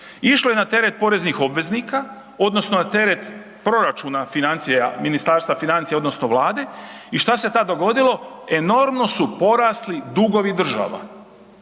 išlo je na teret poreznih obveznika odnosno na teret proračuna financija Ministarstva financija odnosno vlade i šta se tad dogodilo? Enormno su porasli dugovi država.